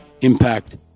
impact